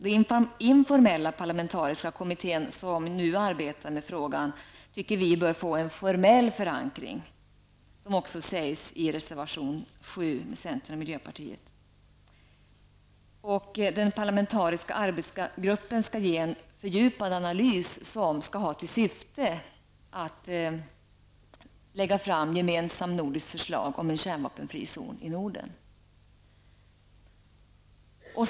Den informella parlamentariska kommitté som nu arbetar med frågan bör enligt vår mening få en formell förankring, som också sägs i reservation 7 av centern och miljöpartiet. Den parlamentariska arbetsgruppen skall ge en fördjupad analys som skall syfta till att gemensamt nordiskt förslag om en kärnvapenfri zon i Norden kan läggas fram.